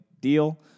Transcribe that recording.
deal